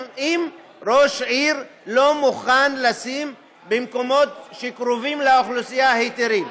אם ראש עיר לא מוכן לתת במקומות שקרובים לאוכלוסייה היתרים?